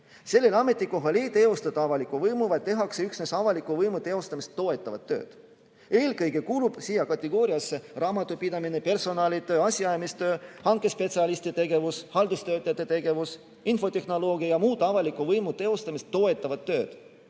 Sellel ametikohal ei teostata avalikku võimu, vaid tehakse üksnes avaliku võimu teostamist toetavat tööd. Eelkõige kuulub siia kategooriasse raamatupidamine, personalitöö, asjaajamistöö, hankespetsialisti tegevus, haldustöötajate tegevus, infotehnoloogia ja muud avaliku võimu teostamist toetavad tööd,